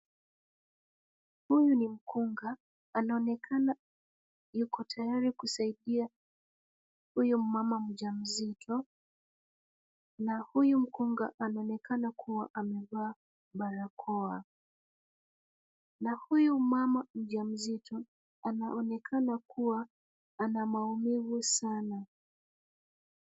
Huyu ni mkunga. Anaonekana yuko tayari kusaidia huyu mama mjamzito na huyu mkunga anaonekana kuwa amevaa barakoa na huyu mama mjamzito anaonekana kuwa ana maumivu sana.